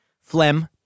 Phlegm